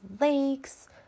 lakes